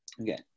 Okay